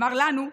אמר לנו,